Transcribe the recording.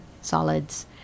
solids